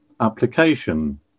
application